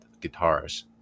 guitars